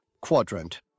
quadrant